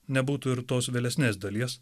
nebūtų ir tos vėlesnės dalies